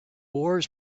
wars